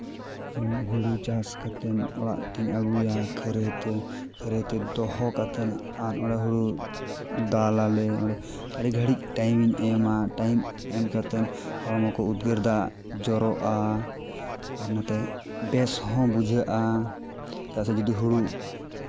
ᱤᱧ ᱦᱳᱲᱳ ᱪᱟᱥ ᱠᱟᱛᱮ ᱚᱲᱟᱜ ᱛᱤᱧ ᱟᱹᱜᱩᱭᱟ ᱠᱷᱟᱹᱨᱟᱹᱭ ᱛᱮ ᱠᱷᱟᱹᱨᱟᱹᱭᱛᱮ ᱫᱚᱦᱚ ᱠᱟᱛᱮ ᱟᱨ ᱚᱸᱰᱮ ᱦᱳᱲᱳ ᱫᱟᱞ ᱟᱞᱮ ᱚᱸᱰᱮ ᱟᱹᱰᱤ ᱜᱷᱟᱹᱲᱤᱡ ᱴᱟᱹᱭᱤᱢᱤᱧ ᱮᱢᱟ ᱴᱟᱹᱭᱤᱢ ᱮᱢ ᱠᱟᱛᱮ ᱦᱚᱲᱢᱚ ᱠᱷᱚᱡ ᱩᱫᱽᱜᱟᱹᱨ ᱫᱟᱜ ᱡᱚᱨᱚᱜᱼᱟ ᱟᱨ ᱱᱚᱛᱮ ᱵᱮᱥ ᱦᱚᱸ ᱵᱩᱡᱷᱟᱹᱜᱼᱟ ᱪᱮᱫᱟᱜ ᱥᱮ ᱡᱩᱫᱤ ᱦᱳᱲᱳ